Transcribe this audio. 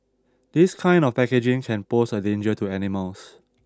this kind of packaging can pose a danger to animals